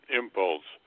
impulse